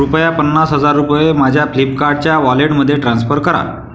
कृपया पन्नास हजार रुपये माझ्या फ्लिपकार्टच्या वॉलेटमध्ये ट्रान्स्फर करा